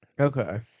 Okay